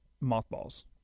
mothballs